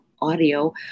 audio